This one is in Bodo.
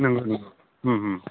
नंगौ नंगौ